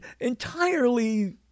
entirely